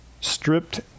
stripped